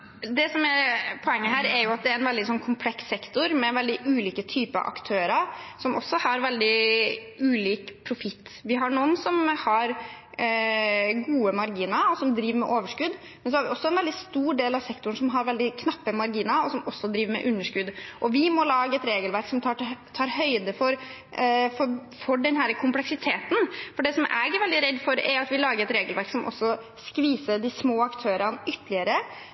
Det som er poenget her, er at det er en veldig kompleks sektor med veldig ulike typer aktører, som også har veldig ulik profitt. Vi har noen som har gode marginer og driver med overskudd, men så har vi også en veldig stor del av sektoren som har veldig knappe marginer, og som også driver med underskudd. Vi må lage et regelverk som tar høyde for denne kompleksiteten. Det jeg er veldig redd for, er at vi lager et regelverk som også skviser de små aktørene ytterligere,